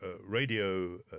radio